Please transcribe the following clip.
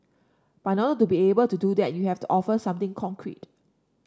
but in order to be able to do that you have to offer something concrete